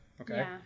Okay